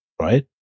right